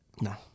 No